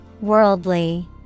Worldly